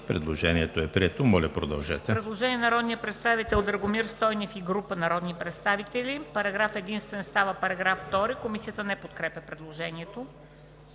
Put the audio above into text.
Предложението е прието. Моля, продължете